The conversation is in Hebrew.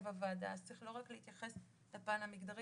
הוועדה אז צריך לא רק להתייחס לפן המגדרי